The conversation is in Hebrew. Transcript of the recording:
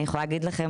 אני יכולה להגיד לכם,